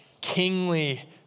kingly